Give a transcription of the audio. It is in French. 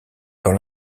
dans